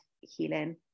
healing